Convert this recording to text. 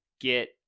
get